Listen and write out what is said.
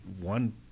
one